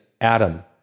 Adam